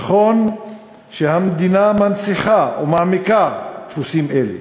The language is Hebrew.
נכון שהמדינה מנציחה ומעמיקה דפוסים אלה,